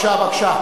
בבקשה, בבקשה.